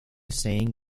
sang